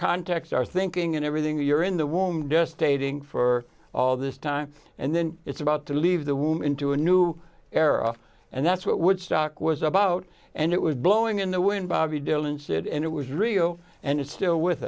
our thinking and everything that you're in the womb dust dating for all this time and then it's about to leave the womb into a new era and that's what woodstock was about and it was blowing in the wind bobby dylan said and it was real and it's still with